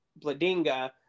Bladinga